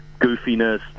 goofiness